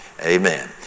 Amen